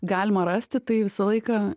galima rasti tai visą laiką